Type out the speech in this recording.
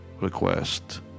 request